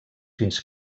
fins